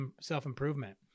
self-improvement